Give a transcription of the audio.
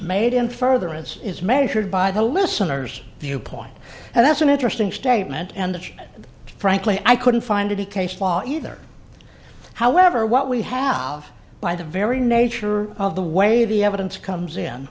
made in furtherance is measured by the listener's viewpoint and that's an interesting statement and frankly i couldn't find any case law either however what we have by the very nature of the way the evidence comes in